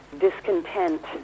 discontent